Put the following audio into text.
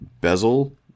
bezel